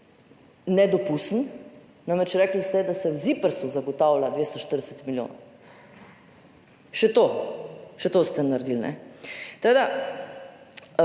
Nedopusten. Namreč, rekli ste, da se v ZIPRS zagotavlja 240 milijonov. Še to, še to ste naredili. Še